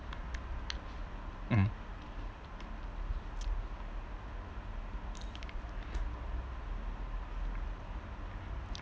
um